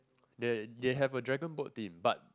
they they have a dragon boat team but